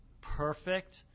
perfect